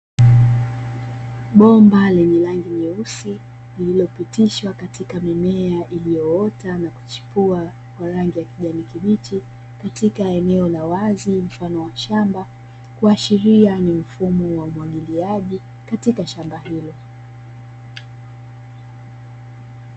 Bomba lenye rangi nyeusi lililopitishwa katika mimea, iliyoota na kuchipua kwa rangi ya kijani kibichi katika eneo la wazi, mfano wa shamba kuashiria ni mfumo wa umwagiliaji katika shamba hilo.